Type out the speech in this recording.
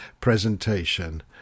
presentation